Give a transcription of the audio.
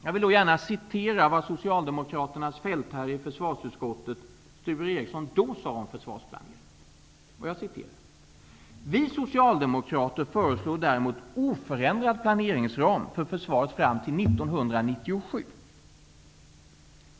Jag vill gärna citera vad Socialdemokraternas fältherre i försvarsutskottet Sture Ericson då sade om försvarsplanering: ''Vi socialdemokrater föreslår däremot oförändrad planeringsram för försvaret fram till 1997.